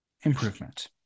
Improvement